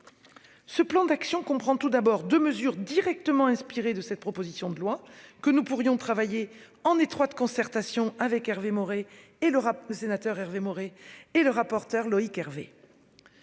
Ce plan d'action comprend tout d'abord de mesures directement inspirée de cette proposition de loi que nous pourrions travailler en étroite concertation avec Hervé Maurey et le rapport, le